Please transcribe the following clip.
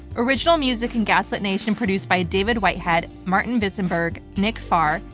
original music in gaslit nation produced by david whitehead, martin visenberg, nick farr,